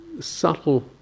subtle